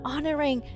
Honoring